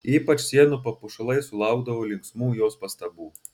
ypač sienų papuošalai sulaukdavo linksmų jos pastabų